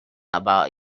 about